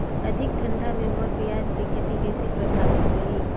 अधिक ठंडा मे मोर पियाज के खेती कइसे प्रभावित होही?